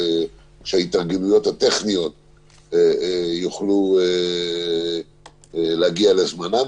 שההתארגנויות הטכניות יוכלו להגיע לזמנן,